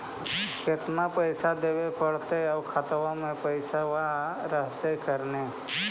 केतना पैसा देबे पड़तै आउ खातबा में पैसबा रहतै करने?